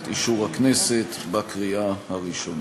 את אישור הכנסת בקריאה הראשונה.